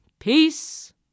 Peace